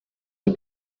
see